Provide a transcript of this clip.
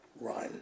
Run